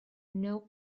know